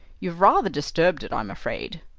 you've rather disturbed it, i'm afraid.